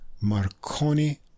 Marconi